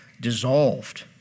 dissolved